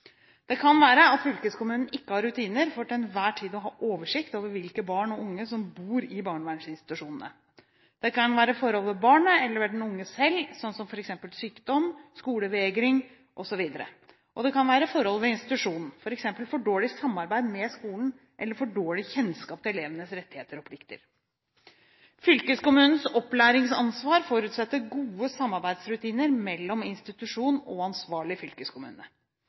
Det kan være at fylkeskommunen ikke har rutiner for til enhver tid å ha oversikt over hvilke barn og unge som bor i barnevernsinstitusjonene. Det kan være forhold ved barnet eller ved den unge selv, slik som sykdom, skolevegring osv., og det kan være forhold ved institusjonen, f.eks. for dårlig samarbeid med skolen eller for dårlig kjennskap til elevenes rettigheter og plikter. Fylkeskommunens opplæringsansvar forutsetter gode samarbeidsrutiner mellom institusjon og ansvarlig fylkeskommune.